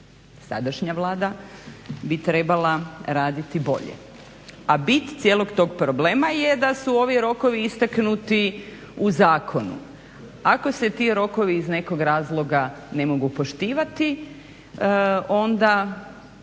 Sadašnja Vlada bi trebala raditi bolje, a bit cijelog tog problema je da su ovi rokovi istaknuti u zakonu. Ako se ti rokovi iz nekog razloga ne mogu poštivati onda